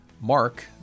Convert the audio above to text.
Mark